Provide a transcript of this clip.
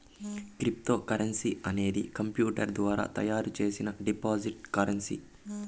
cryptocurrency అనేది computer ద్వారా తయారు చేసిన డిజిటల్ కరెన్సీ